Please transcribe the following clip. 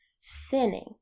sinning